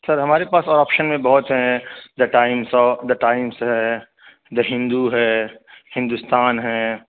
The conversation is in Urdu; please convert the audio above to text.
سر ہمارے پاس اور آپشن میں بہت ہیں دا ٹائمس او دا ٹائمس ہے دا ہندو ہے ہندوستان ہے